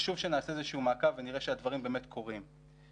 חשוב שנעשה מעקב ונראה שהדברים באמת קורים.